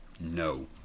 No